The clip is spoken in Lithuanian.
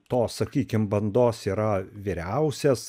tos sakykim bandos yra vyriausias